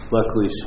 Luckily